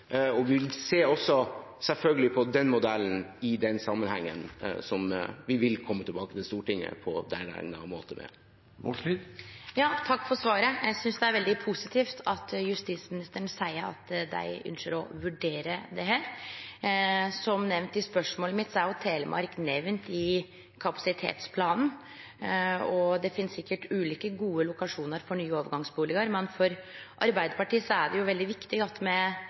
Stortinget på egnet måte. Takk for svaret. Eg synest det er veldig positivt at justis- og beredskapsministeren seier at dei ynskjer å vurdere dette. Som eg sa i spørsmålet mitt, er Telemark nemnt i kapasitetsplanen, og det finst sikkert ulike, gode lokasjonar for nye overgangsbustader. Men for Arbeidarpartiet er det veldig viktig at me